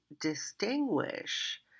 distinguish